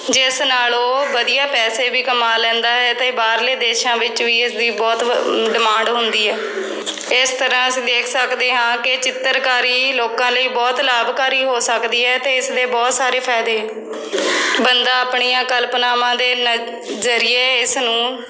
ਜਿਸ ਨਾਲ ਉਹ ਵਧੀਆ ਪੈਸੇ ਵੀ ਕਮਾ ਲੈਂਦਾ ਹੈ ਅਤੇ ਬਾਹਰਲੇ ਦੇਸ਼ਾਂ ਵਿੱਚ ਵੀ ਇਸਦੀ ਬਹੁਤ ਡਿਮਾਂਡ ਹੁੰਦੀ ਹੈ ਇਸ ਤਰ੍ਹਾਂ ਅਸੀਂ ਦੇਖ ਸਕਦੇ ਹਾਂ ਕਿ ਚਿੱਤਰਕਾਰੀ ਲੋਕਾਂ ਲਈ ਬਹੁਤ ਲਾਭਕਾਰੀ ਹੋ ਸਕਦੀ ਹੈ ਅਤੇ ਇਸ ਦੇ ਬਹੁਤ ਸਾਰੇ ਫਾਇਦੇ ਬੰਦਾ ਆਪਣੀਆਂ ਕਲਪਨਾਵਾਂ ਦੇ ਨਜ਼ਰੀਏ ਇਸ ਨੂੰ